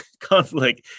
conflict